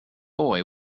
boy